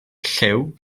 llyw